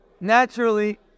naturally